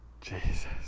Jesus